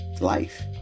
life